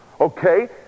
Okay